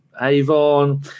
Avon